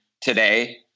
today